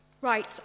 Right